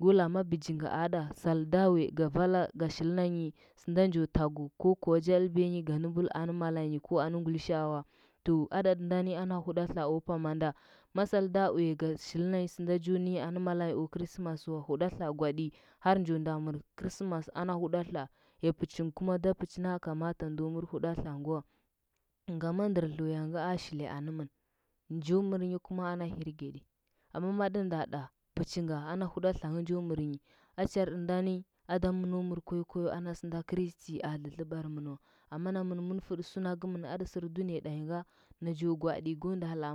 Go la ma bi jungɚ aɗa sal da uya ga vala ga shilnanyi sɚnda njo tagu ko kuwa ja ɗɚlbiyanyi gadɚmbulu anɚ malanyi ko anɚ ngulishaa wa to adati ndani ana huɗatla o pamanda ma salda uya ga shilnanyi sɚnda jo ninyi nɚ malanyi o krismas w huɗatla gwaɗi har njo nda mɚr krismas ana huɗatla, ya pichen kuma da pichinda kamata ndo mɚr huɗatla ngɚ wa ngama ndɚr huɗatla ngɚ wa ngama ndɚr dluya nga a shili anɚmɚ nja mɚr nyi kuma ana hirgeɗi amma matɚnda ɗa pichinga ana huɗatla ngɚ njo mɚrnyi acharɗi ndani ada mɚno mɚr koykoyo ana sɚnde kristi a dlɚdlɚbar mɚn wa amma namɚn mɚn fɚɗi suna kɚmɚn tɚ sɚr duniya ɗainga najo gwaaɗi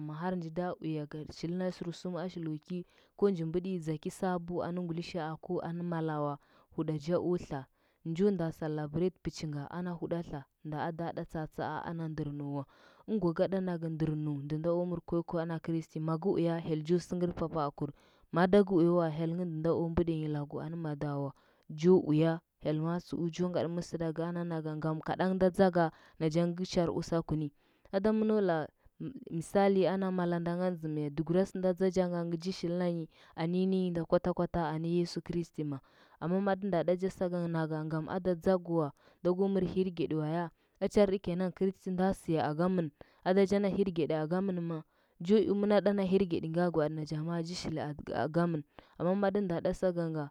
ma har ndɚ da uya ga shilna sarsum a shilo ki ko nji mbɚɗinyi dzaki sabu anɚ ngulishaa ko anɚ mala wa, huɗa ja o tla njo nda celebrate pichinga ana huɗatla nda ada ɗa chachaa ana ndɚ nɚu nɚu wa ɚngwa gaɗa nagɚ ndɚr nuwa ndɚ nda o mɚr koykoyo ana kristi, agɚ uya hyel jo sɚngɚr papakur ma ada gɚ uya wa hyel ngɚ ndɚnda o mbɚɗiya nyi lagu anɚ badawa, jo uya, hyel ma dzɚu jo ngatɚ mɚsɚɗagu ana nanga, ngam kaɗang nda dzaka nachangɚ ga char usakuni ada mɚna laa misali ana malanda ngan zɚm ya, dɚhɚgura sɚnda dzacha nga ngɚ ji shilnanyi anini nda kwatakwata anɚ yesu kristi ma amma maɗɚ nda ɗa saganga nag a ada tsagɚwa da go mɚr hirgeɗi wa ya, acharɗi kenan kristi nda sɚya a gamɚn ada jana hirgedi agamɚn ma? Jo i mɚn ɗa na hirgeɗi nga gwaɗi ja shili agamɚn amma maɗɚ nda ɗa saganga.